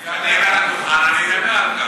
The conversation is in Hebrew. כשאני אעלה על הדוכן אני אדבר על כך.